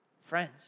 Friends